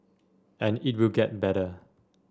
and it will get better